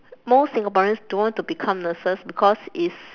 most singaporeans don't want to become nurses because is